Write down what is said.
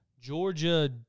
Georgia